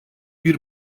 bir